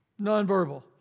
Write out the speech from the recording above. Nonverbal